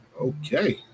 Okay